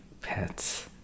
pets